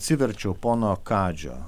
atsiverčiau pono kadžio